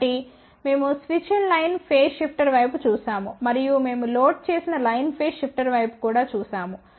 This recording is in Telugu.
కాబట్టి మేము స్విచ్డ్ లైన్ ఫేజ్ షిఫ్టర్ వైపు చూశాము మరియు మేము లోడ్ చేసిన లైన్ ఫేజ్ షిఫ్టర్ వైపు కూడా చూశాము